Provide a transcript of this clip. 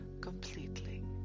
completely